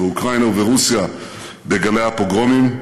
או באוקראינה וברוסיה בגלי הפוגרומים,